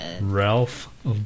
Ralph